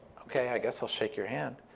ok. i guess i'll shake your hand.